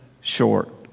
short